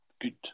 good